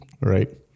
right